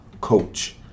coach